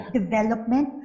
development